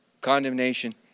condemnation